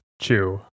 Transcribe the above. chew